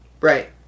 Right